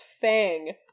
Fang